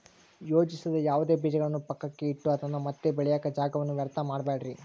ಯೋಜಿಸದ ಯಾವುದೇ ಬೀಜಗಳನ್ನು ಪಕ್ಕಕ್ಕೆ ಇಟ್ಟು ಅದನ್ನ ಮತ್ತೆ ಬೆಳೆಯಾಕ ಜಾಗವನ್ನ ವ್ಯರ್ಥ ಮಾಡಬ್ಯಾಡ್ರಿ